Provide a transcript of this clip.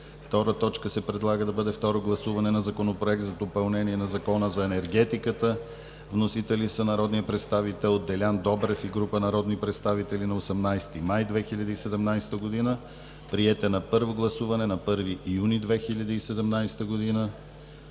представители на 2 юни 2017 г. 2. Второ гласуване на Законопроекта за допълнение на Закона за енергетиката. Вносители: народният представител Делян Добрев и група народни представители на 18 май 2017 г. Приет на първо гласуване на 1 юни 2017 г.